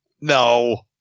No